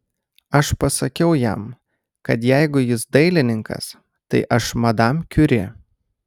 aš pasakiau jam kad jeigu jis dailininkas tai aš madam kiuri